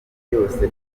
byose